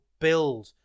build